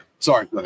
Sorry